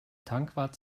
tankwart